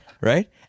Right